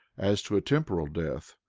as to a temporal death,